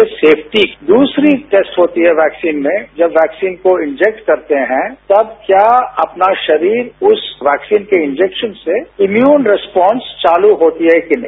तो पहली टैस्ट होती है सेफ्टी दूसरी टैस्ट होती है वैक्सीन में जब वैक्सीन को इंजैक्ट करते हैं तब क्या अपना शरीर उस वैक्सीन के इंजैक्शन से इम्यून रैस्पॉस चालू होती है कि नहीं